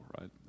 right